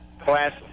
Class